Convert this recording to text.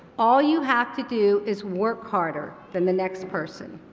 all you have to do is work harder than the next person.